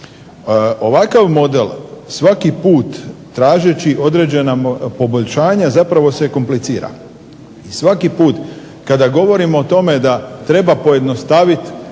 Ovakav model svaki put tražeći određena poboljšanja zapravo se komplicira. Svaki put kada govorimo o tome da treba pojednostavit